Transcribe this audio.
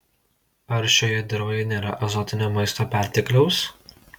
ar šioje dirvoje nėra azotinio maisto pertekliaus